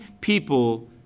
people